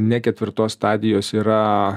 ne ketvirtos stadijos yra